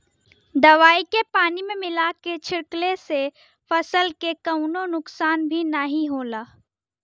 दवाई के पानी में मिला के छिड़कले से फसल के कवनो नुकसान भी नाहीं होला